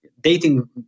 dating